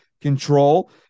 control